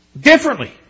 differently